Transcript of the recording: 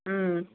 ம்